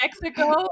Mexico